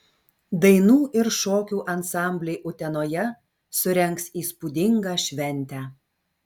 dainų ir šokių ansambliai utenoje surengs įspūdingą šventę